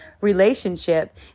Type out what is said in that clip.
relationship